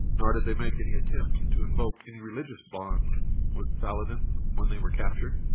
nor did they make any to to invoke any religious bond with saladin when they were captured,